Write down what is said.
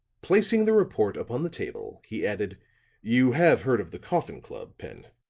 placing the report upon the table, he added you have heard of the coffin club, pen?